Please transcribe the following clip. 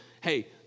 Hey